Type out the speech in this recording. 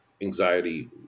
anxiety